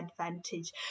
advantage